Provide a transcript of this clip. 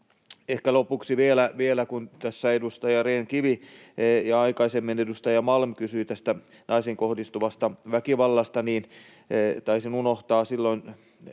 ehkä lopuksi vielä, kun tässä edustaja Rehn-Kivi — ja aikaisemmin edustaja Malm — kysyi naisiin kohdistuvasta väkivallasta: Taisin unohtaa silloin